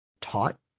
taught